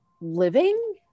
living